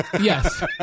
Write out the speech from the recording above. Yes